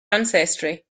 ancestry